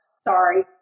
sorry